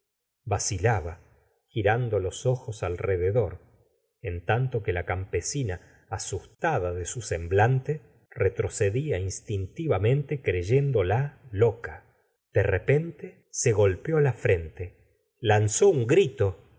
vacilaba girando los ojos alrededor en tanto que la campesina asustada de su semblante retrocedía instintivamente creyéndola loca de repete se golpeó la frente lanzó un grila